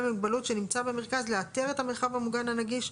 עם מוגבלות שנמצא במרכז לאתר את המרחב המוגן הנגיש,